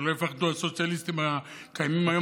שלא יפחדו הסוציאליסטים הקיימים היום,